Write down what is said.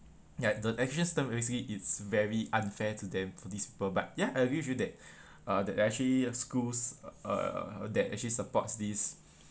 ya the education system basically it's very unfair to them for this people but ya I agree with you that uh that actually schools uh that actually supports this